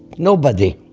nobody